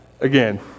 again